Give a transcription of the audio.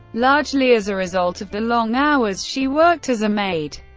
largely as a result of the long hours she worked as a maid.